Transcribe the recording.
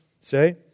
say